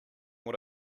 what